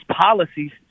policies